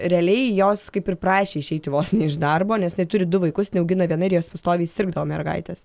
realiai jos kaip ir prašė išeiti vos ne iš darbo nes jinai turi du vaikus jinai augina viena ir jos pastoviai sirgdavo mergaitės